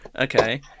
Okay